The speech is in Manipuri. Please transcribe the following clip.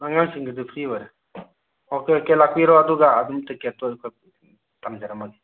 ꯑꯉꯥꯡꯁꯤꯡꯒꯤꯗꯤ ꯐ꯭ꯔꯤ ꯑꯣꯏꯔꯦ ꯑꯣꯀꯦ ꯑꯣꯀꯦ ꯂꯥꯛꯄꯤꯔꯣ ꯑꯗꯨꯒ ꯑꯗꯨꯝ ꯇꯤꯛꯀꯦꯠꯇꯣ ꯀꯛꯄꯤꯔꯣ ꯑꯗꯨꯝ ꯊꯝꯖꯔꯝꯃꯒꯦ